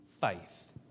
faith